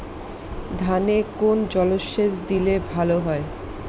ধানে কোন জলসেচ দিলে ভাল হয়?